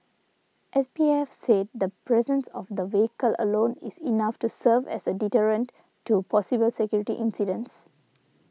S P F said the presence of the vehicle alone is enough to serve as a deterrent to possible security incidents